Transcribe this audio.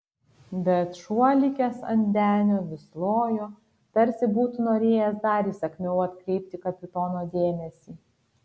bet šuo likęs ant denio vis lojo tarsi būtų norėjęs dar įsakmiau atkreipti kapitono dėmesį